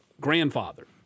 grandfather